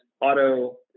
auto